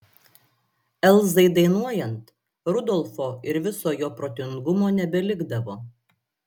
elzai dainuojant rudolfo ir viso jo protingumo nebelikdavo